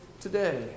today